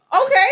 Okay